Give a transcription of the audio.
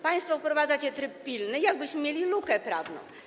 Państwo wprowadzacie tryb pilny, jakbyśmy mieli lukę prawną.